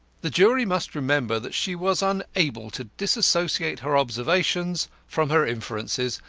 the jury must remember that she was unable to dissociate her observations from her inferences,